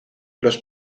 los